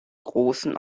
großen